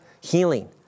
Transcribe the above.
healing